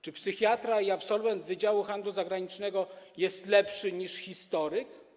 Czy psychiatra i absolwent wydziału handlu zagranicznego są tu lepsi niż historycy?